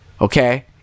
Okay